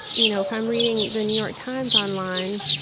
you know if i'm reading the new york times online,